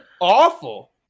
awful